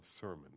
sermon